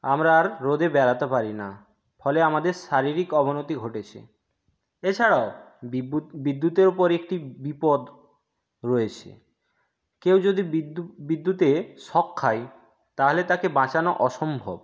আমরা আর রোদে বেরাতে পারি না ফলে আমাদের শারীরিক অবনতি ঘটেছে এছাড়াও বিদ্যুতের উপর একটি বিপদ রয়েছে কেউ যদি বিদ্যুতে শক খায় তাহলে তাকে বাঁচানো অসম্ভব